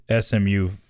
SMU